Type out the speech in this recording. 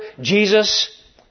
Jesus